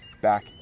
back